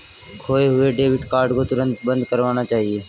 खोये हुए debit card को तुरंत बंद करवाना चाहिए